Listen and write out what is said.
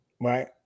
Right